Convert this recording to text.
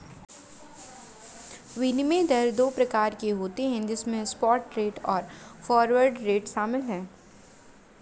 विनिमय दर दो प्रकार के होते है जिसमे स्पॉट रेट और फॉरवर्ड रेट शामिल है